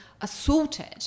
assaulted